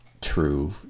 true